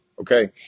Okay